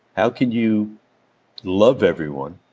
how can you love everyone